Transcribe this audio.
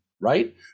right